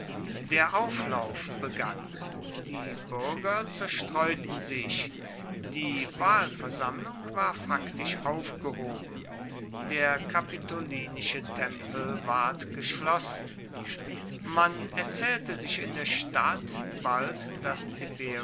der auflauf begann die bürger zerstreuten sich die wahlversammlung war faktisch aufgehoben der kapitolinische tempel ward geschlossen man erzählte sich in der stadt bald daß